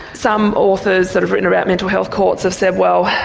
some authors that have written about mental health courts have said, well,